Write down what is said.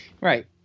Right